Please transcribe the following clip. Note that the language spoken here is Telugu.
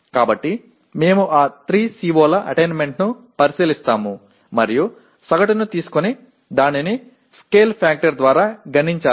కాబట్టి మేము ఆ 3 CO ల అటైన్మెంట్ను పరిశీలిస్తాము మరియు సగటును తీసుకొని దానిని స్కేల్ ఫాక్టర్ ద్వారా గుణించాలి